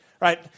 right